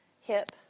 hip